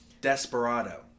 Desperado